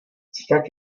snad